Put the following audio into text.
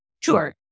Sure